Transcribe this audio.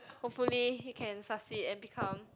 hopefully you can succeed and become